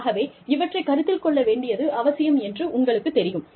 ஆகவே இவற்றைக் கருத்தில் கொள்ள வேண்டியது அவசியம் என்று உங்களுக்குத் தெரியும்